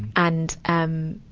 and, um.